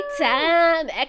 time